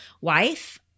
wife